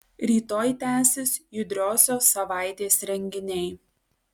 rytoj tęsis judriosios savaitės renginiai